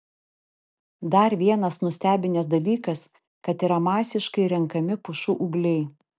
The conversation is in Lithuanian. dar vienas nustebinęs dalykas kad yra masiškai renkami pušų ūgliai